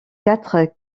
quatre